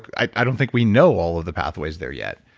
i don't think we know all of the pathways there yet.